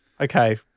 Okay